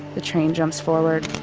the train jumps forward.